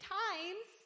times